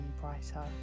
brighter